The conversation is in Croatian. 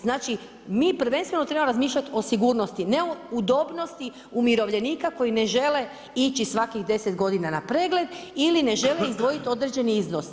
Znači mi prvenstveno trebamo razmišljati o sigurnosti, ne udobnosti umirovljenika koji ne žele ići svakih 10 godina na pregled ili ne žele izdvojiti određeni iznos.